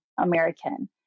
American